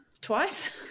Twice